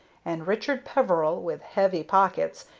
and richard peveril, with heavy pockets,